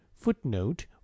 Footnote